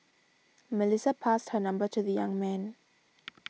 Melissa passed her number to the young man